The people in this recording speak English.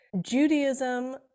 judaism